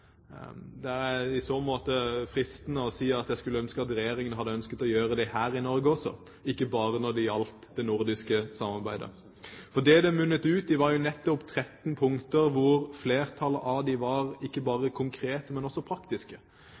er i så måte fristende å si at jeg skulle ønske regjeringen hadde ønsket å gjøre det her i Norge også, ikke bare når det gjaldt det nordiske samarbeidet. For det det munnet ut i, var nettopp 13 punkter hvor flertallet av dem ikke bare var konkrete, men også praktiske,